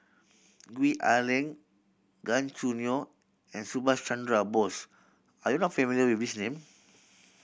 Gwee Ah Leng Gan Choo Neo and Subhas Chandra Bose are you not familiar with these name